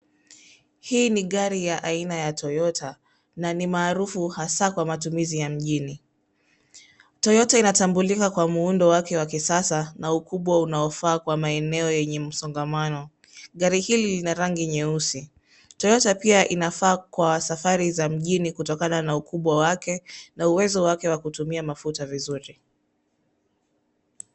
Hii ni gari ya aina ya Toyota na ni maarufu hasa kwa matumizi ya mjini. Toyota inatambulika kwa muundo wake wa kisasa na ukubwa unaofaa kwa maeneo yenye msongamano. Gari hili lina rangi nyeusi. Toyota pia inafaa kwa safari za mjini kutokana na ukubwa wake na uwezo wake wa kutumia mafuta vizuri.